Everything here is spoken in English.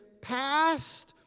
passed